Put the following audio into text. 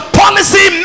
policy